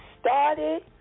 started